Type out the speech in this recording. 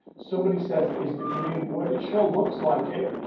somebody says, is the green, would it show looks like it.